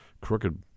crooked